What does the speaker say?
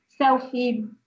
selfie